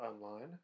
online